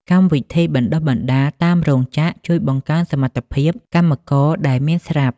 កម្មវិធីបណ្ដុះបណ្ដាលតាមរោងចក្រជួយបង្កើនសមត្ថភាពកម្មករដែលមានស្រាប់។